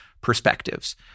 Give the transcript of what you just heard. perspectives